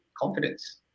confidence